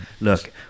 Look